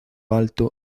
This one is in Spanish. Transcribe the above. alto